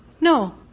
No